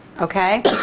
okay?